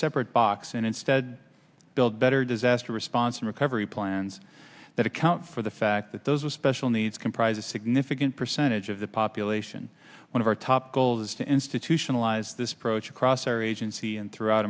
separate box and instead build better disaster response and recovery plans that account for the fact that those with special needs comprise a significant percentage of the population one of our top goals is to institutionalize this procedure crosser agency and throughout